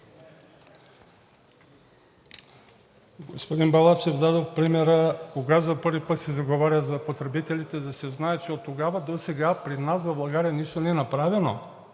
Господин Балачев, дадох примера кога за първи път се заговаря за потребителите, да се знае, че оттогава досега при нас в България нищо не е направено